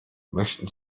möchten